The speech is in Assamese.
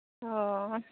অঁ